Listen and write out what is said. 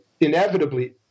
inevitably